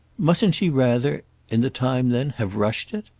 mustn't she rather in the time then have rushed it?